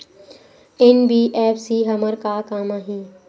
NBFC हमर का काम आही?